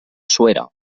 suera